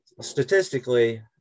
statistically